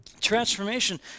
transformation